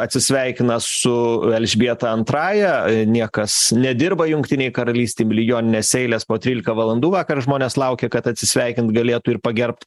atsisveikina su elžbieta antraja niekas nedirba jungtinėj karalystėj milijoninės eilės po trylika valandų vakar žmonės laukė kad atsisveikint galėtų ir pagerbt